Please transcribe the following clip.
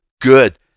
good